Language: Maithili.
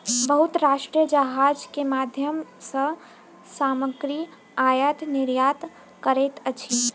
बहुत राष्ट्र जहाज के माध्यम सॅ सामग्री आयत निर्यात करैत अछि